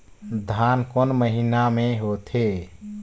धान कोन महीना मे होथे?